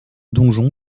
donjon